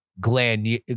Glenn